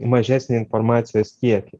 mažesnį informacijos kiekį